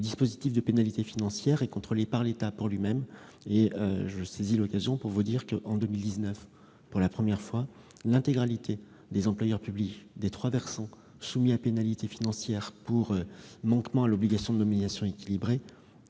le dispositif de pénalités financières est contrôlé par l'État pour lui-même. Je saisis cette occasion pour vous dire que, en 2019, pour la première fois, l'intégralité des employeurs publics des trois versants soumis à pénalité financière pour manquement à l'obligation de nominations équilibrées ont versé la contribution.